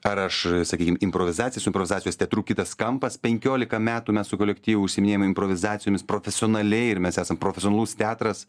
ar aš a sakykim improvizacija su improvizavijos teatru kitas kampas penkiolika metų mes su kolektyvu užsiiminėjam improvizacijomis profesionaliai ir mes esam profesionalus teatras